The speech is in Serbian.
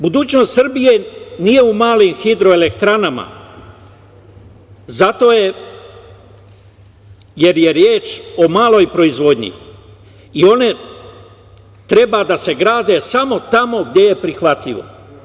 Budućnost Srbije nije u malim hidroelektranama zato jer je reč o maloj proizvodnji i one treba da se grade samo tamo gde je prihvatljivo.